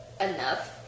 enough